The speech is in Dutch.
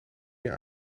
meer